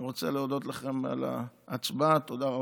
אני רוצה להודות לכם על ההצבעה, תודה רבה.